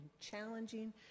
challenging